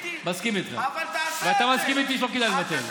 אבל אותם מיליון איש צריכים להיות מודאגים,